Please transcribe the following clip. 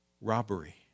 Robbery